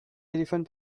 téléphone